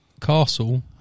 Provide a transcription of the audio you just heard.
castle